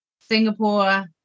Singapore